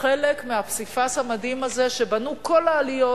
חלק מהפסיפס המדהים הזה שבנו כל העליות